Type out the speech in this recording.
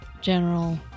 General